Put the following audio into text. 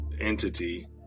entity